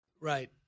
Right